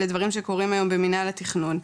לדברים שקורים היום במינהל התכנון.